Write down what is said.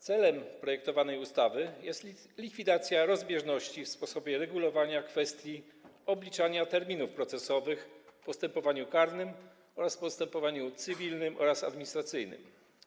Celem projektowanej ustawy jest likwidacja rozbieżności w sposobie regulowania kwestii obliczania terminów procesowych w postępowaniu karnym oraz w postępowaniu cywilnym i administracyjnym.